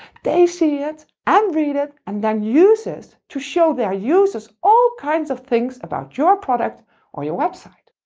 they see it and read it and then use it to show their users all kinds of things about your product or your website.